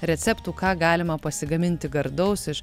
receptų ką galima pasigaminti gardaus iš